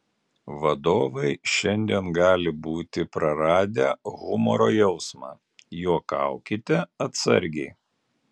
vadovai šiandien gali būti praradę humoro jausmą juokaukite atsargiai